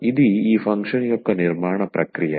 ఇది ఈ ఫంక్షన్ యొక్క నిర్మాణ ప్రక్రియ